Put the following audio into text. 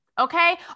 okay